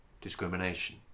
discrimination